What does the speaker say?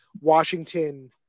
Washington